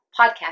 Podcast